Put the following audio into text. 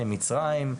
ממצרים,